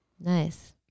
Nice